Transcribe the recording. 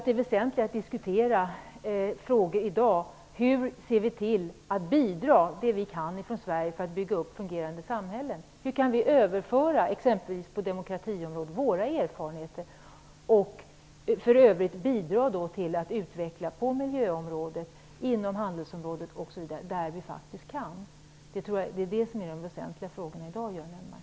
Det är väsentligt att i dag diskutera hur vi från svensk sida kan bidra till att bygga upp fungerande samhällen, hur vi på exempelvis demokratiområdet kan överföra våra erfarenheter och hur vi i övrigt kan bidra till utveckling på miljöområdet, handelsområdet osv. Det tror jag är de väsentliga frågorna i dag, Göran Lennmarker.